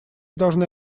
должны